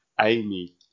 Amy